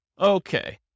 Okay